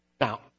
Now